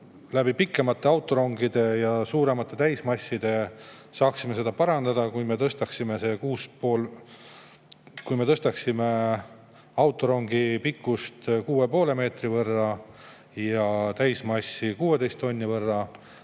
pikemate autorongide ja suuremate täismasside abil saaksime seda parandada. Kui me tõstaksime autorongi pikkust 6,5 meetri võrra ja täismassi 16 tonni võrra,